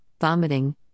vomiting